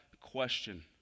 question